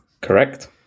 Correct